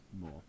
more